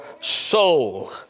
soul